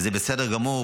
וזה בסדר גמור.